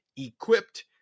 equipped